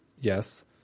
Yes